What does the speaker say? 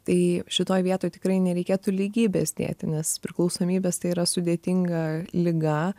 tai šitoj vietoj tikrai nereikėtų lygybės dėti nes priklausomybės tai yra sudėtinga liga